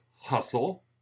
Hustle